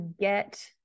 get